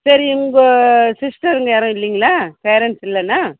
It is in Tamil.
சரி உங்கள் சிஸ்டருங்க யாரும் இல்லைங்களா பேரண்ட்ஸ் இல்லைன்னா